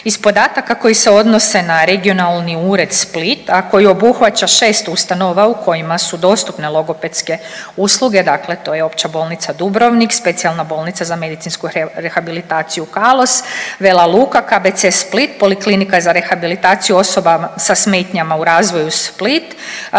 Iz podataka koji se odnose na Regionalni ured Split, a koji obuhvaća 6 ustanova u kojima su dostupne logopedske usluge, dakle to je Opća bolnica Dubrovnik, Specijalna bolnica za medicinsku rehabilitaciju Kalos Vela Luka, KBC Split, Poliklinika za rehabilitaciju osoba sa smetnjama u razvoju Split,